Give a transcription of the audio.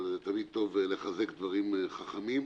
אבל תמיד טוב לחזק דברים חכמים.